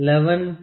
2 X 44 11